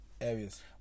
areas